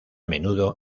menudo